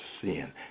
sin